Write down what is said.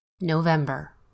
November